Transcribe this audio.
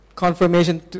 Confirmation